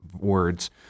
words